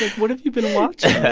what have you been watching? yeah